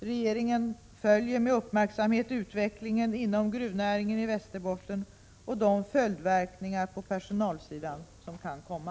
Regeringen följer med uppmärksamhet utvecklingen inom gruvnäringen i Västerbotten och de följdverkningar på personalsidan som kan komma.